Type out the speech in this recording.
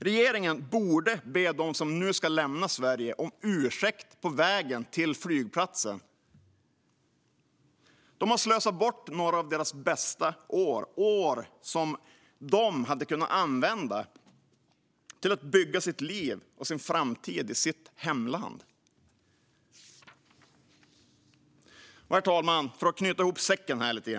Regeringen borde be dem som nu ska lämna Sverige om ursäkt på vägen till flygplatsen. De har slösat bort några av sina bästa år. Det är år som de hade kunnat använda till att bygga sitt liv och sin framtid i sitt hemland. Herr talman! Låt mig knyta ihop säcken.